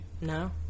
no